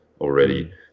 already